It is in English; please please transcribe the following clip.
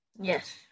Yes